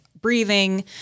breathing